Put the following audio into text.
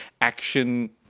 action